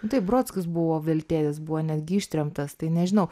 taip brodskis buvo veltėdis buvo netgi ištremtas tai nežinau